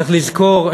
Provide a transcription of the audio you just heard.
צריך לזכור,